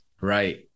right